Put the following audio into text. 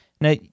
Now